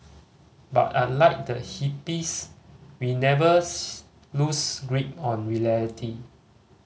but unlike the hippies we never lose grip on